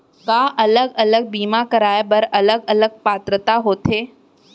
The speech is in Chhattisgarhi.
का अलग अलग बीमा कराय बर अलग अलग पात्रता होथे?